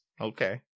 Okay